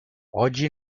oggi